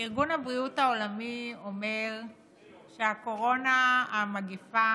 ארגון הבריאות העולמי אומר שהקורונה, המגפה